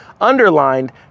underlined